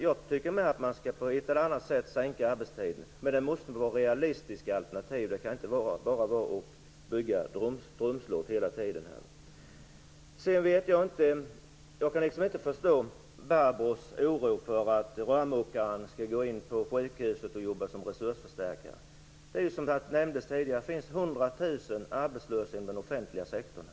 Jag tycker också att man på ett eller annat sätt skall sänka arbetstiden. Men det måste vara realistiska alternativ. Man kan inte bara bygga drömslott hela tiden. Jag kan inte förstå Barbro Johanssons oro för att rörmokaren skall jobba som resursförstärkare på sjukhuset. Det finns som nämndes tidigare 100 000 arbetslösa inom den offentliga sektorn.